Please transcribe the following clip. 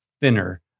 Thinner